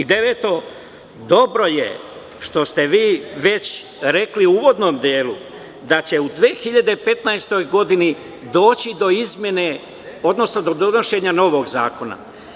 Deveto, dobro je što ste vi već rekli u uvodnom delu da će u 2015. godini doći do donošenja novog zakona.